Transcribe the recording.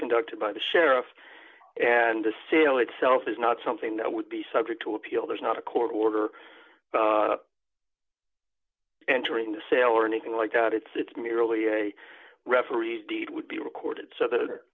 conducted by the sheriff and the sale itself is not something that would be subject to appeal there's not a court order entering the sale or anything like that it's merely a referee's deed would be recorded so that